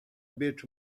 bit